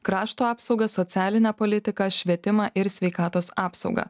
krašto apsaugą socialinę politiką švietimą ir sveikatos apsaugą